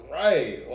right